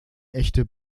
echte